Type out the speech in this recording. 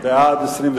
ציבוריים (הוראת שעה) (תיקון מס' 6),